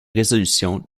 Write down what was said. résolution